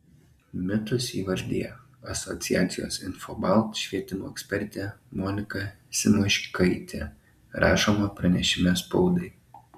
mitus įvardija asociacijos infobalt švietimo ekspertė monika simaškaitė rašoma pranešime spaudai